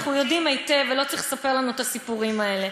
אנחנו יודעים היטב ולא צריך לספר לנו את הסיפורים האלה.